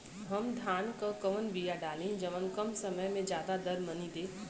हम धान क कवन बिया डाली जवन कम समय में अच्छा दरमनी दे?